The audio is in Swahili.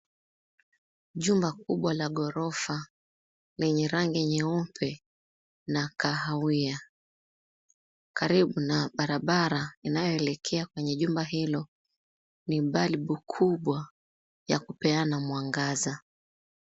Jumba kubwa la ghorofa lenye rangi nyeupe na kahawia. Karibu na barabara inayoelekea kwenye jumba hilo, ni bulb kubwa ya kupeana mwangaza.